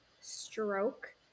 stroke